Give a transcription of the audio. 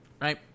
Right